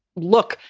look,